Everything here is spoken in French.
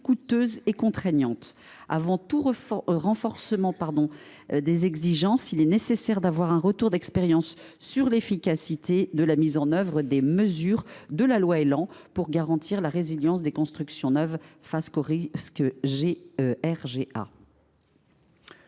coûteuse et contraignante. Avant tout renforcement des exigences, il est nécessaire de disposer d’un retour d’expérience sur l’efficacité de la mise en œuvre des mesures de la loi Élan visant à garantir la résilience des constructions neuves face au risque de RGA.